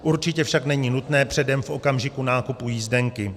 Určitě však není nutné předem v okamžiku nákupu jízdenky.